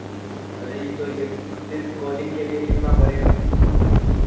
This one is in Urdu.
ارے یہ چھوریے صرف کالنگ کے لیے کتنا پڑے گا